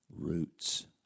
Roots